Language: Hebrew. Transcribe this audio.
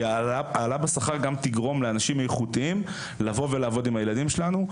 כי העלאה בשכר גם תגרום לאנשים איכותיים לעבוד עם הילדים שלנו.